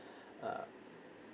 uh